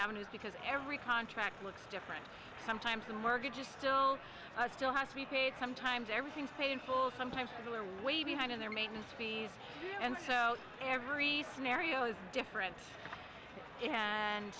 avenues because every contract looks different sometimes the mortgage is still a still has to be paid sometimes everything's painful sometimes we're way behind in their maintenance fees and so every scenario is different and